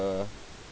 uh